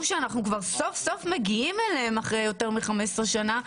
שסוף סוף אנחנו מגיעים אליהן אחרי יותר מ-15 שנים,